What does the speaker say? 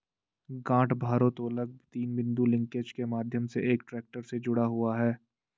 गांठ भारोत्तोलक तीन बिंदु लिंकेज के माध्यम से एक ट्रैक्टर से जुड़ा हुआ है